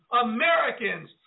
Americans